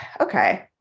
okay